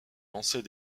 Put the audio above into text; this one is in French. lancer